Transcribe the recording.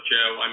Joe